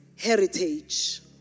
Heritage